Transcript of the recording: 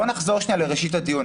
בוא נחזור לראשית הדיון,